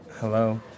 hello